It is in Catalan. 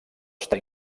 està